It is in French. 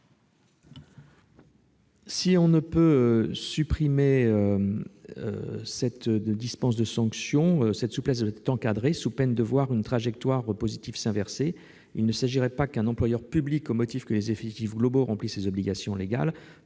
Si l'on ne peut supprimer la dispense de sanction, cet élément de souplesse doit être encadré, sous peine de voir la trajectoire positive s'inverser. Il ne s'agirait pas qu'un employeur public, au motif que les effectifs globaux remplissent les obligations légales,